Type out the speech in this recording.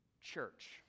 church